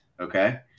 Okay